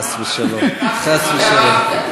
חס ושלום, חס ושלום.